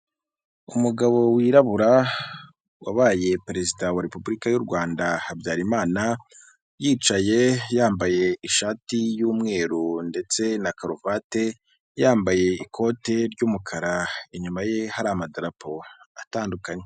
Umugabo wirabura wabaye perezida wa repubulika y'uRwanda Habyarimana, yicaye yambaye ishati y'umweru ndetse na karuvate yambaye ikote ry'umukara inyuma ye hari amarapo atandukanye.